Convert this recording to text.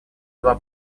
два